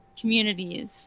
communities